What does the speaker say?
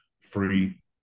free